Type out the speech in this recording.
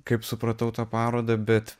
kaip supratau tą parodą bet